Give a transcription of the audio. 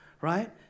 Right